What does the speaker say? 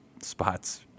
spots